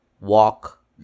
walk